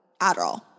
Adderall